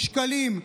שקלים,